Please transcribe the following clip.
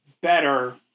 better